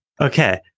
Okay